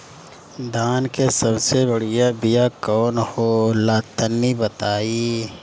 धान के सबसे बढ़िया बिया कौन हो ला तनि बाताई?